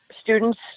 students